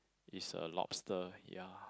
is a lobster ya